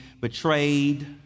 betrayed